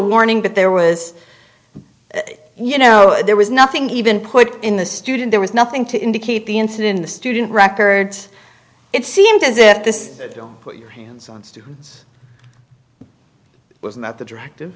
warning but there was you know there was nothing even put in the student there was nothing to indicate the incident the student records it seemed as if this don't put your hands on students was not the direct